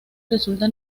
resulta